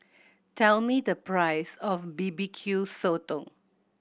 tell me the price of B B Q Sotong